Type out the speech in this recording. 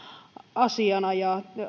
asiana ja